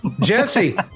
Jesse